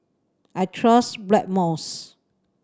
I trust Blackmores